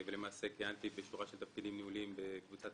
כיהנתי בשורה של תפקידים ניהוליים בקבוצה,